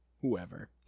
Whoever